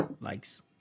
likes